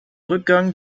rückgang